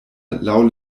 laŭ